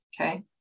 okay